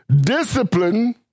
discipline